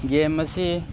game ꯑꯁꯤ